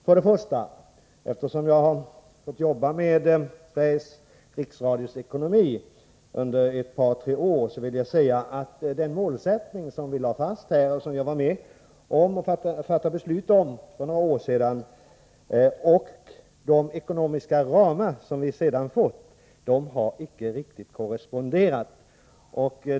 För det första vill jag säga att jag har tagit del av Sveriges Riksradios ekonomi under ett par tre år, och den målsättning som vi lade fast — jag var med om att fatta beslutet för några år sedan — och de ekonomiska ramar som vi sedan har fått har icke riktigt korresponderat.